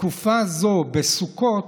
בתקופה זו, בסוכות,